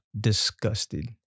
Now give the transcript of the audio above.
disgusted